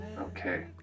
Okay